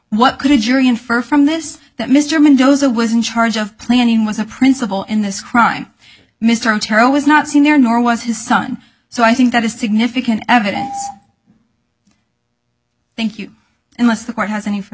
what could your infer from this that mr mendoza was in charge of planning was a principal in this crime mr otero was not seen there nor was his son so i think that is significant evidence thank you unless the court has any f